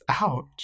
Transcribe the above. Ouch